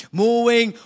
moving